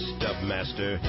Stubmaster